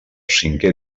cinquè